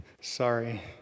Sorry